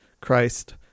Christ